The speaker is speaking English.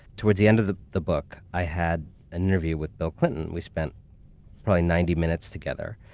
towards the end of the the book, i had an interview with bill clinton. we spent probably ninety minutes together.